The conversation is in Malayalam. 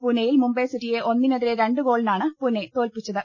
പൂനെയിൽ മുംബൈ സിറ്റിയെ ഒന്നിനെതിരെ രണ്ട് ഗോളിനാണ് പൂനെ തോൽപ്പിച്ചത്